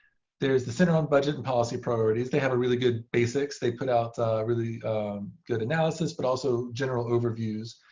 there is the center on budget and policy priorities. they have a really good basics. they put out really good analysis, but also general overviews.